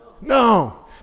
No